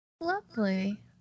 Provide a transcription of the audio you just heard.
Lovely